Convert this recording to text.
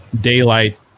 daylight